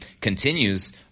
continues